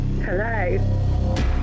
Hello